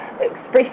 express